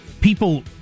people